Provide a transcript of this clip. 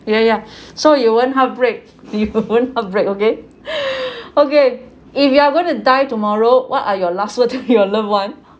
ya ya so you won't heartbreak you won't heartbreak okay okay if you are going to die tomorrow what are your last word to your loved one